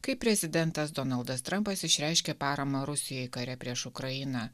kai prezidentas donaldas trampas išreiškė paramą rusijai kare prieš ukrainą